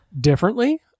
differently